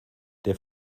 der